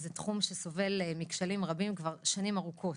זה תחום שסובל מכשלים רבים כבר שנים ארוכות,